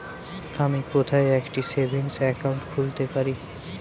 আমি কোথায় একটি সেভিংস অ্যাকাউন্ট খুলতে পারি?